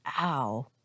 ow